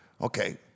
okay